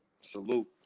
salute